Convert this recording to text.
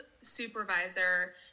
supervisor